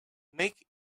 make